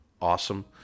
awesome